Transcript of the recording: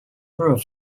proof